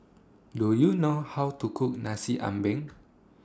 Do YOU know How to Cook Nasi Ambeng